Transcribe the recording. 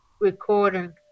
recording